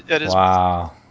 Wow